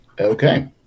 Okay